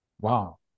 wow